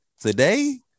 today